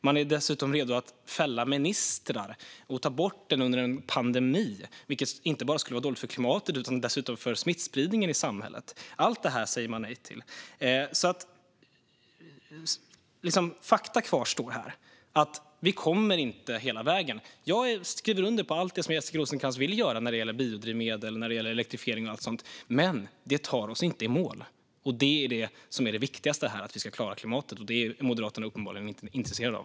Man är dessutom redo att fälla ministrar och att ta bort den under en pandemi, vilket inte bara skulle vara dåligt för klimatet utan dessutom för smittspridningen i samhället. Allt detta säger man nej till. Men fakta kvarstår: Vi kommer inte hela vägen. Jag skriver under på allt det som Jessica Rosencrantz vill göra när det gäller biodrivmedel, elektrifiering och allt sådant, men det tar oss inte i mål. Det viktigaste här är att vi ska klara klimatet, men det är Moderaterna uppenbarligen inte intresserade av.